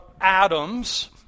atoms